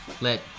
Let